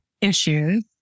issues